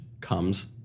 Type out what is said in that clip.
comes